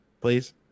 please